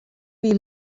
wie